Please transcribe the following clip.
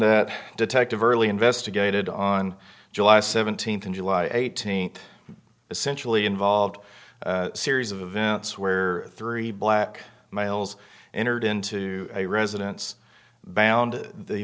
that detective early investigated on july seventeenth and july eighteenth essentially involved series of events where three black males entered into a residence bound the